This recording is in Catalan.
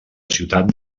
ciutat